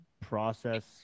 process